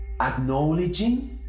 acknowledging